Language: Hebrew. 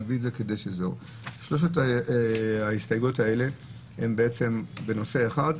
שלוש ההסתייגויות האלה הן בנושא אחד,